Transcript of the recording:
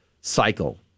cycle